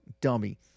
dummy